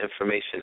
information